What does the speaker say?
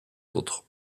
autres